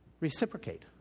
Reciprocate